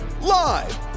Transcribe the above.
live